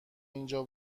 اینجا